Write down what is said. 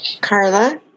Carla